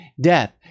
death